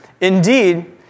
indeed